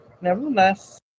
Nevertheless